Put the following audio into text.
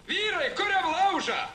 vyrai kuriam laužą